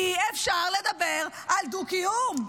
אי-אפשר לדבר על דו-קיום,